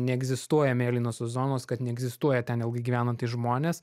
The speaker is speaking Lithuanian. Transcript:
neegzistuoja mėlynosios zonos kad neegzistuoja ten ilgai gyvenantys žmonės